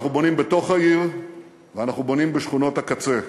אנחנו בונים בתוך העיר ואנחנו בונים בשכונות הקצה.